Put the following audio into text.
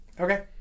Okay